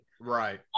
right